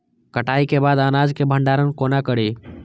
कटाई के बाद अनाज के भंडारण कोना करी?